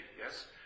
Yes